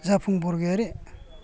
जाफुं बरगयारि